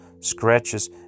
scratches